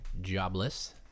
jobless